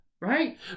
right